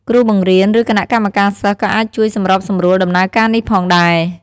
គ្រូបង្រៀន ឬគណៈកម្មការសិស្សក៏អាចជួយសម្របសម្រួលដំណើរការនេះផងដែរ។